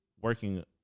working